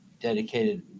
dedicated